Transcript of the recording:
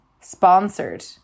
sponsored